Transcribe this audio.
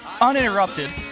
uninterrupted